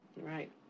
Right